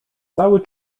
cały